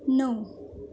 نو